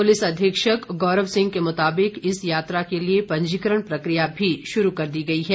police अधीक्षक गौरव सिंह के मुताबिक इस यात्रा के लिए पंजीकरण प्रकिया भी शुरू कर दी गई है